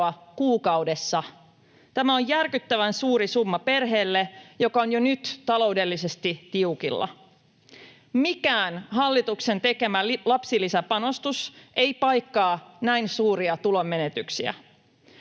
kuukaudessa. Tämä on järkyttävän suuri summa perheelle, joka on jo nyt taloudellisesti tiukilla. Mikään hallituksen tekemä lapsilisäpanostus ei paikkaa näin suuria tulonmenetyksiä.